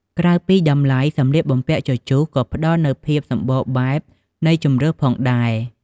ក្រៅពីតម្លៃ សម្លៀកបំពាក់ជជុះក៏ផ្ដល់នូវភាពសម្បូរបែបនៃជម្រើសផងដែរ។